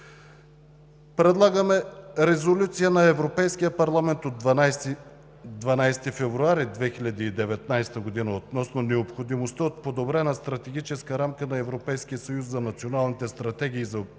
Предлагаме Резолюция на Европейския парламент от 12 февруари 2019 г. относно необходимостта от подобрена стратегическа рамка на Европейския съюз за националните стратегии за приобщаване